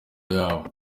yabo